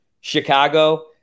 Chicago